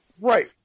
Right